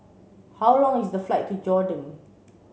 how long is the flight to Jordan